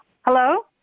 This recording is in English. Hello